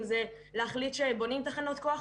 אם זה להחליט שבונים תחנות כוח,